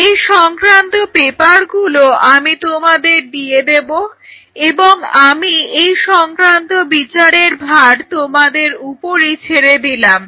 এই সংক্রান্ত পেপারগুলো আমি তোমাদের দিয়ে দেব এবং আমি এই সংক্রান্ত বিচারের ভার তোমাদের উপরই ছেড়ে দিলাম